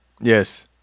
Yes